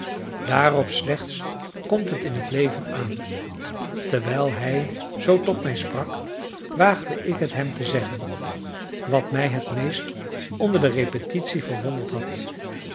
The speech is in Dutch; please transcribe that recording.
daarop slechts komt het in het leven aan terwijl hij zoo tot mij sprak waagde ik het hem te zeggen wat mij het meest onder de repetitie verwonderd had